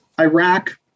Iraq